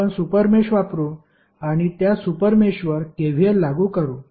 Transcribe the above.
आपण super mesh वापरू आणि त्या सुपर मेषवर KVL लागू करू